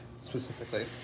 specifically